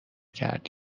کرد